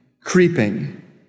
creeping